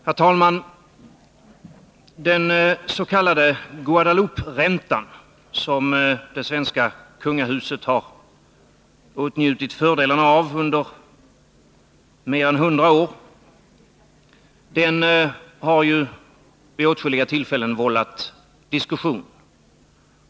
Herr talman! Den s.k. Guadelouperäntan, som det svenska kungahuset har åtnjutit fördelarna av under mer än hundra år, har vid åtskilliga tillfällen vållat diskussion.